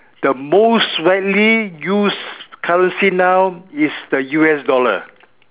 the most widely used currency now is the U_S dollar